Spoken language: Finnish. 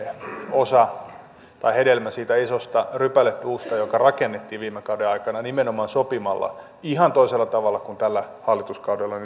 osa tai hedelmä siitä isosta rypälepuusta joka rakennettiin viime kauden aikana nimenomaan sopimalla ihan toisella tavalla kuin nyt tällä hallituskaudella